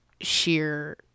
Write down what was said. sheer